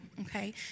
Okay